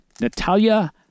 Natalia